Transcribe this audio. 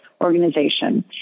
organization